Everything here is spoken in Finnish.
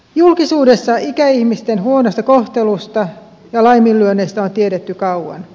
julkisuudessa ikäihmisten huonosta kohtelusta ja laiminlyönneistä on tiedetty kauan